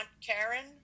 Karen